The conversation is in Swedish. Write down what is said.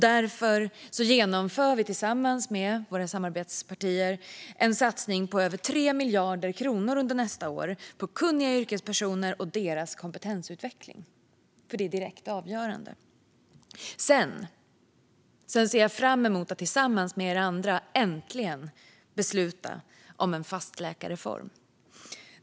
Därför genomför vi tillsammans med våra samarbetspartier en satsning på över 3 miljarder kronor under nästa år på kunniga yrkespersoner och deras kompetensutveckling. Det är direkt avgörande. Sedan ser jag fram emot att tillsammans med er andra äntligen besluta om en fastläkarreform.